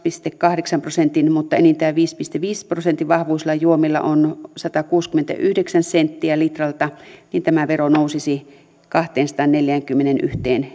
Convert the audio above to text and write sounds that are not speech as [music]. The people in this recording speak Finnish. kahdeksan prosentin mutta enintään viiden pilkku viiden prosentin vahvuisilla juomilla on satakuusikymmentäyhdeksän senttiä litralta niin tämä vero nousisi kahteensataanneljäänkymmeneenyhteen [unintelligible]